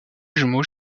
jumeau